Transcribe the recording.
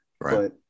right